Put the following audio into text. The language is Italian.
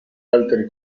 altri